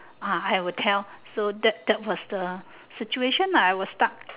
ah I will tell so that that was the situation ah I was stuck